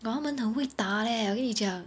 !wah! 他们很会打 leh 我跟你讲